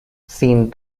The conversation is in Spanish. sin